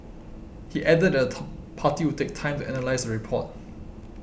he added that top party would take time to analyse the report